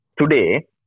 today